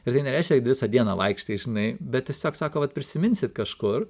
ir tai nereiškia kad visą dieną vaikštai žinai bet tiesiog sako vat prisiminsit kažkur